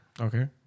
Okay